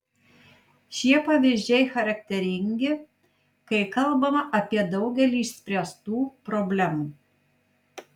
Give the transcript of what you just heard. šie pavyzdžiai charakteringi kai kalbama apie daugelį išspręstų problemų